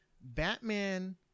Batman